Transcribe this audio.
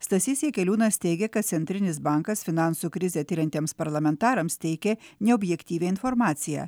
stasys jakeliūnas teigia kad centrinis bankas finansų krizę tiriantiems parlamentarams teikė neobjektyvią informaciją